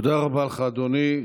תודה רבה לך, אדוני.